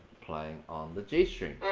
playing on the g string.